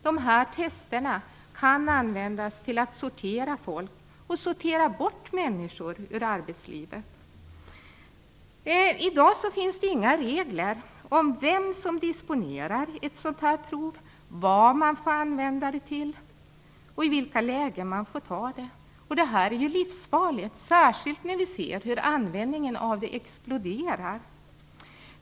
Dessa tester kan användas till att sortera bort människor ur arbetslivet. I dag finns det inga regler som anger vem som kan disponera ett sådant prov, vad man får använda det till och i vilka lägen man får ta det. Det är livsfarligt, särskilt eftersom vi ser att användningen exploderar.